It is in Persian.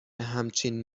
همچین